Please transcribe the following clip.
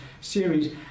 series